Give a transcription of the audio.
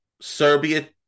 Serbia